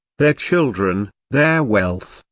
their children, their wealth,